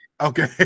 Okay